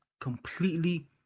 completely